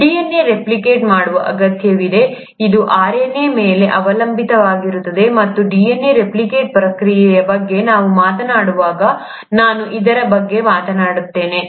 DNA replicate ಮಾಡುವ ಅಗತ್ಯವಿದೆ ಅದು RNA ಮೇಲೆ ಅವಲಂಬಿತವಾಗಿರುತ್ತದೆ ಮತ್ತು DNA ರೆಪ್ಲಿಕೇಟ್ ಪ್ರಕ್ರಿಯೆಯ ಬಗ್ಗೆ ನಾವು ಮಾತನಾಡುವಾಗ ನಾನು ಇದರ ಬಗ್ಗೆ ಮಾತನಾಡುತ್ತೇನೆ